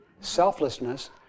selflessness